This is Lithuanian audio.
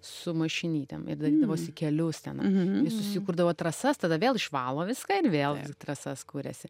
su mašinytėm i darydavosi kelius tenai i susikurdavo trasas tada vėl išvalo viską ir vėl jis trasas kuriasi